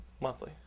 Monthly